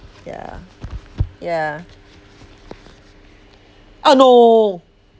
yeah yeah oh no